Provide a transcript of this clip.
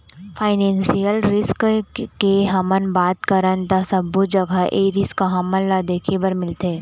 financial risk के हमन बात करन ता सब्बो जघा ए रिस्क हमन ल देखे बर मिलथे